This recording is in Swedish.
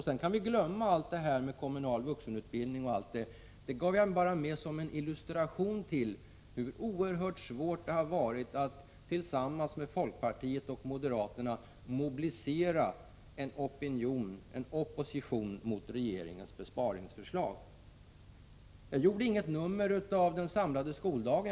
Sedan kan vi glömma allt tal om kommunal vuxenutbildning osv., för det gav jag mera som en illustration till hur oerhört svårt det har varit att tillsammans med folkpartiet och modera terna mobilisera en opposition mot regeringens besparingsförslag. Jag gjorde inget nummer av den samlade skoldagen.